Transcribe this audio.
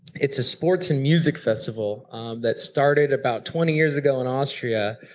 it's a sports and music festival um that started about twenty years ago in austria.